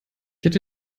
hätte